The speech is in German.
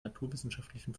naturwissenschaftlichen